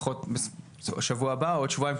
לפחות בשבוע הבא או עוד שבועיים,